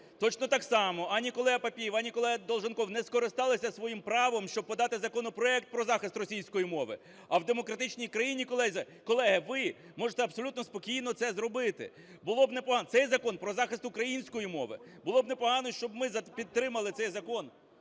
Точно так само ані колега Папієв, ані колега Долженков не скористалися своїм правом, щоб подати законопроект про захист російської мови, а в демократичній країні, колеги, ви можете абсолютно спокійно це зробити. Було б непогано… Цей закон про захист української мови, було б непогано, щоб ми підтримали цей Закон